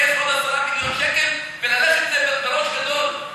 לגייס עוד 10 מיליון שקל וללכת בראש גדול,